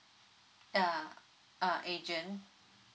ya uh agent